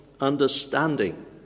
understanding